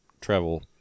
travel